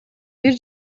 бир